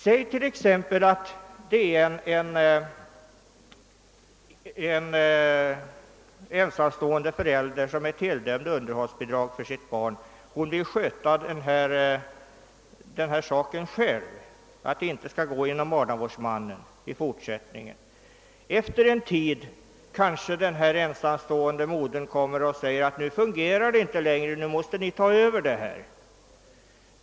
Säg t.ex. att det är en ensamstående förälder som är tilldömd underhållsbidrag för sitt barn. Hon önskar emellertid sköta den saken själv och vill inte att bidraget skall utbetalas genom barnavårdsmannen i fortsättningen. Men efter en tid kan det hända att den ensamstående modern kommer och säger, att nu fungerar inte detta system längre; nu måste ni överta detta arbete.